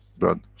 but,